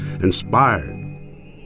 inspired